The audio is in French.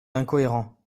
incohérent